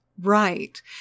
Right